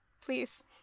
please